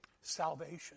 salvation